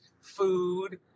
food